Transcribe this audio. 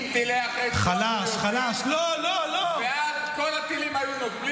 אם טילי החץ לא היו יוצאים ואז כל הטילים היו נופלים,